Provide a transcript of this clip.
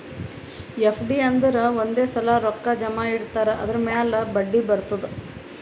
FD ಅಂದುರ್ ಒಂದೇ ಸಲಾ ರೊಕ್ಕಾ ಜಮಾ ಇಡ್ತಾರ್ ಅದುರ್ ಮ್ಯಾಲ ಬಡ್ಡಿ ಬರ್ತುದ್